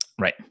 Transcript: Right